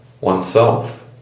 oneself